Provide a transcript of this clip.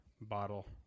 bottle